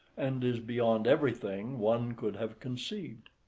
and is beyond everything one could have conceived.